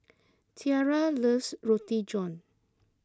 Tiera loves Roti John